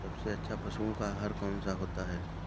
सबसे अच्छा पशुओं का आहार कौन सा होता है?